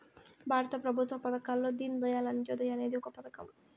భారత ప్రభుత్వ పథకాల్లో దీన్ దయాళ్ అంత్యోదయ అనేది ఒక పథకం